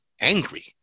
angry